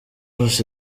wose